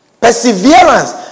Perseverance